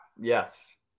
Yes